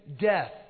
death